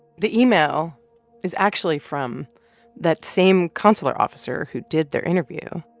the email is actually from that same consular officer who did their interview.